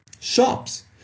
shops